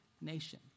nation